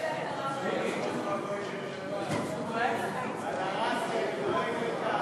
של חברי הכנסת יאיר לפיד,